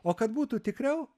o kad būtų tikriau